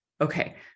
Okay